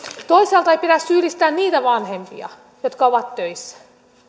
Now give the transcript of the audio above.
toisaalta ei pidä syyllistää niitä vanhempia jotka ovat töissä